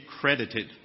credited